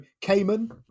Cayman